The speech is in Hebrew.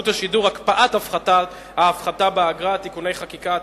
השידור (הקפאת ההפחתה באגרה) (תיקוני חקיקה),